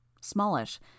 smallish